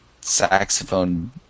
saxophone